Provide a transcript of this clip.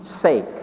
sake